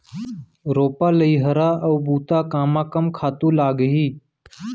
रोपा, लइहरा अऊ बुता कामा कम खातू लागही?